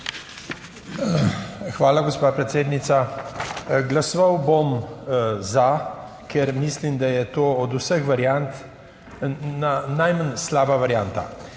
Hvala, gospa predsednica. Glasoval bom "za", ker mislim, da je to od vseh variant najmanj slaba varianta.